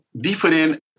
different